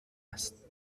است